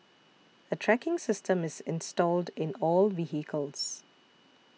a tracking system is installed in all vehicles